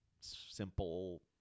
simple